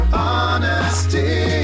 honesty